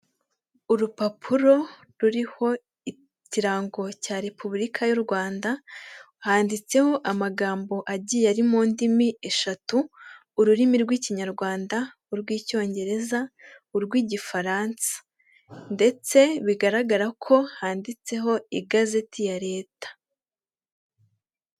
Urupapuro ruriho ikirango cya Repubulika y u Rwanda, handitseho amagambo agiye ari mu ndimi eshatu, ururimi rw'ikinyarwanda, urw'icyongereza, urw'igifaransa ndetse bigaragara ko handitseho igazeti ya Leta.